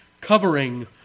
covering